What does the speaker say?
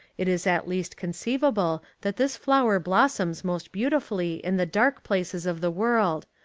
it is at least conceivable that this flower blos soms most beautifully in the dark places of the world,